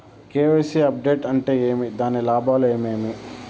KYC update అంటే ఏమి? దాని లాభాలు ఏమేమి?